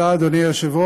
תודה, אדוני היושב-ראש,